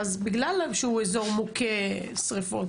בגלל שהוא אזור מוכה שריפות.